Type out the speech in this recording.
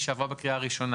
כפי שעברה בקריאה הראשונה.